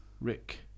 Rick